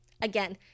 Again